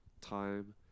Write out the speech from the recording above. time